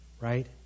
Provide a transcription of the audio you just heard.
right